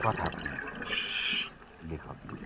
कथा बुनेका रहेछन् लेखकले